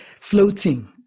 floating